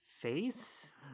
face